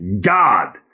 God